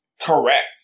correct